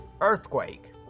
Earthquake